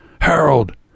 Harold